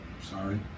Sorry